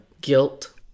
Guilt